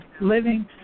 Living